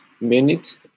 minute